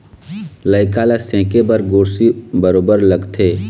लइका ल सेके बर गोरसी बरोबर लगथे